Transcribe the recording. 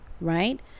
right